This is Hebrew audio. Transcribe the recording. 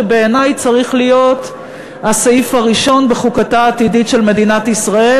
שבעיני צריך להיות הסעיף הראשון בחוקתה העתידית של מדינת ישראל.